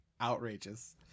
Outrageous